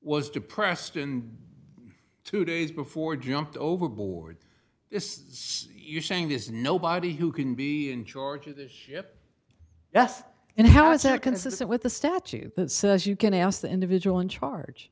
was depressed and two days before jumped overboard you're saying there's nobody who can be in georgia yes and how is that consistent with the statute that says you can ask the individual in charge